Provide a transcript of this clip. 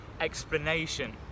explanation